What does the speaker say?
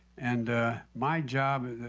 and my job,